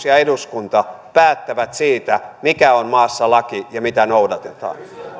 ja eduskunta päättävät siitä mikä on maassa laki ja mitä noudatetaan